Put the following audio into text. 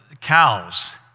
cows